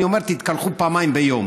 אני אומר: תתקלחו פעמיים ביום.